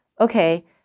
Okay